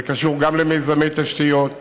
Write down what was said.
זה קשור גם למיזמי תשתיות,